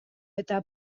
eta